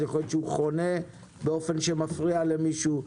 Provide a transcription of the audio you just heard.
יכול להיות שהוא חונה באופן שמפריע למישהו,